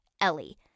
Ellie